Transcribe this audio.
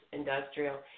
industrial